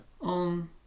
On